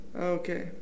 Okay